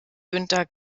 günter